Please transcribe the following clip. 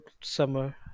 summer